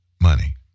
money